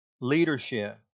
leadership